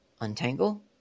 untangle